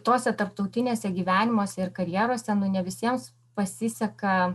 tose tarptautinėse gyvenimuose ir karjerose nu ne visiems pasiseka